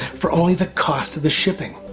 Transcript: for only the cost of the shipping.